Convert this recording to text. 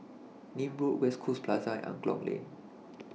Nim Road West Coast Plaza and Angklong Lane